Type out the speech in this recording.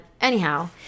anyhow